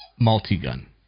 multi-gun